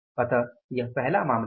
अतः यह पहला मामला था